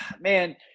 man